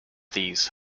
these